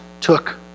took